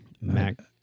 Mac